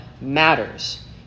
matters